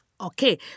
Okay